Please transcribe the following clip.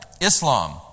Islam